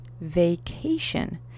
vacation